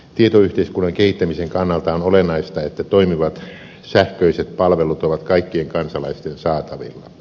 tietoyhteiskunnan kehittämisen kannalta on olennaista että toimivat sähköiset palvelut ovat kaikkien kansalaisten saatavilla